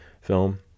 film